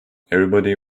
everybody